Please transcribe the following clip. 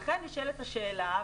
לכן נשאלת השאלה,